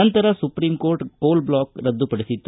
ನಂತರ supreme court coal block ರದ್ದುಪಡಿಸಿತ್ತು